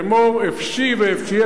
אמור: אפשי ואפשי,